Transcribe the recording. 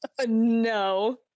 No